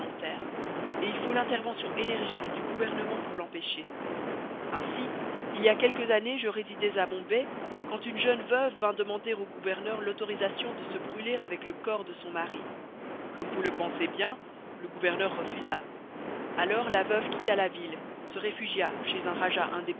et il faut l'intervention énergique du gouvernement pour l'empêcher ainsi il y a quelques années je résidais à bombay quand une jeune veuve vint demander au gouverneur l'autorisation de se brûler avec le corps de son mari comme vous le pensez bien le gouverneur refusa alors la veuve quitta la ville se réfugia chez un rajah